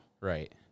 Right